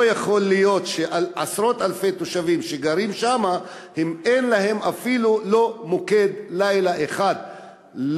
לא יכול להיות שעל עשרות אלפי תושבים שגרים שם אין אפילו מוקד לילה אחד,